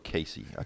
Casey